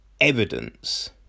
evidence